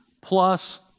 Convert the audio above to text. plus